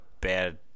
bad